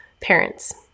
parents